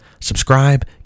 Subscribe